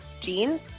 jeans